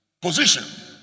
position